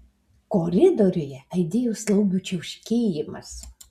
koridoriuje aidėjo slaugių čiauškėjimas